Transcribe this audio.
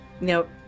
Nope